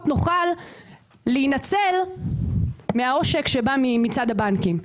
נוכל להינצל מהעושק שבא מצד הבנקים,